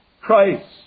Christ